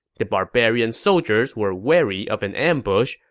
the barbarian soldiers were wary of an ambush,